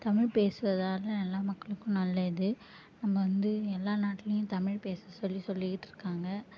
தமிழ் பேசுவதால் எல்லா மக்களுக்கும் நல்ல இது நம்ம வந்து எல்லா நாட்டிலியும் தமிழ் பேச சொல்லி சொல்லிக்கிட்டிருக்காங்க